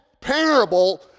parable